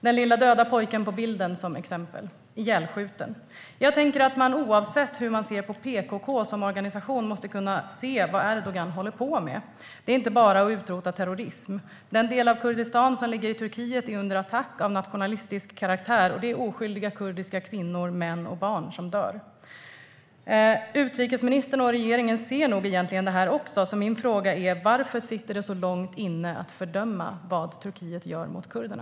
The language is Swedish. Som exempel kan nämnas den lilla döda, ihjälskjutna pojken på bilden. Oavsett hur man ser på PKK som organisation måste man kunna se vad Erdogan håller på med. Det handlar inte bara om att utrota terrorism. Den del av Kurdistan som ligger i Turkiet är under attack av nationalistisk karaktär, och det är oskyldiga kurdiska kvinnor, män och barn som dör. Utrikesministern och regeringen ser nog egentligen det här också, så min fråga är: Varför sitter det så långt inne att fördöma det som Turkiet gör mot kurderna?